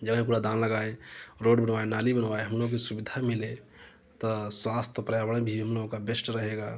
जब यहाँ कूड़ादान लगाए रोड बनवाए नाली बनवाए हम लोग को सुविधा मिले तो स्वास्थ्य पर्यावरण भी हम लोगों का बेस्ट रहेगा